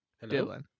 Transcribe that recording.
Hello